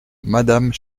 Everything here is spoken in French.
madame